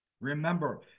remember